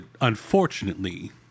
Unfortunately